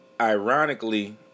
ironically